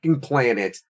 planet